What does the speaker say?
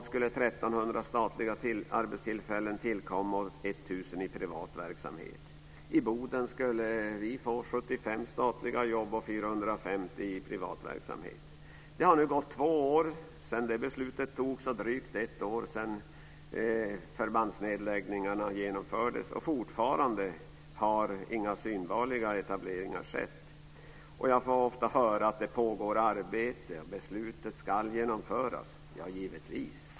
75 statliga tjänster och 450 nya jobb i privat verksamhet. Det har ni gått två år sedan beslutet fattades och drygt ett år sedan förbandsnedläggningarna genomfördes. Fortfarande har inga synbarliga etableringar skett. Jag får ofta höra att arbete pågår och att beslutet ska genomföras. Ja, givetvis, men när?